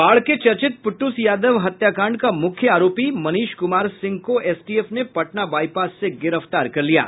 बाढ़ के चर्चित पुटुस यादव हत्याकांड का मुख्य आरोपी मनीष कुमार सिंह को एसटीएफ ने पटना बाइपास से गिरफ्तार किया है